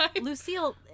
Lucille